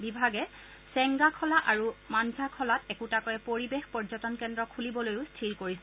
বিভাগে চেঙ্গা খলা আৰু মানঝা খলাট একোটাকৈ পৰিবেশ পৰ্যটন কেন্দ্ৰ খুলিবলৈও স্থিৰ কৰিছে